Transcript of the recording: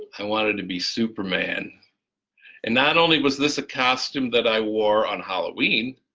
i wanted to be superman and not only was this a costume that i wore on halloween,